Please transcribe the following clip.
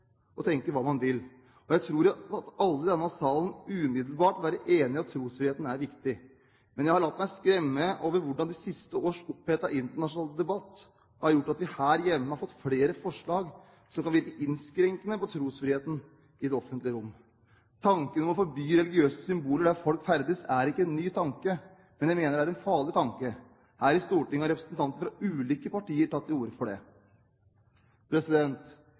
og tenke hva man vil. Jeg tror alle i denne salen umiddelbart vil være enig i at trosfriheten er viktig. Men jeg har latt meg skremme av hvordan det siste års opphetede internasjonale debatt har gjort at vi her hjemme har fått flere forslag som kan virke innskrenkende på trosfriheten i det offentlige rom. Tanken om å forby religiøse symboler der folk ferdes, er ikke en ny tanke, men jeg mener det er en farlig tanke. Her i Stortinget har representanter fra ulike partier tatt til orde for det.